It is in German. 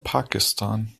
pakistan